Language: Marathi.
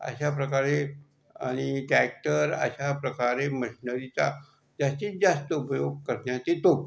अशाप्रकारे आणि टॅक्टर अशाप्रकारे मशनरीचा जास्तीत जास्त उपयोग करण्यात येतो